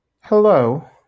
Hello